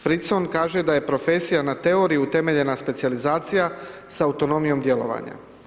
Frisson kaže da je profesija na teoriju utemeljena specijalizacija sa autonomijom djelovanja.